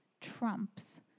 trumps